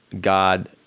god